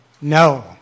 No